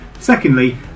Secondly